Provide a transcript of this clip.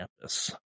campus